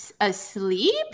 Asleep